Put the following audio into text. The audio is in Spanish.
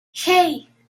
hey